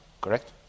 correct